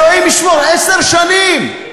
אלוהים ישמור, עשר שנים.